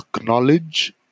acknowledge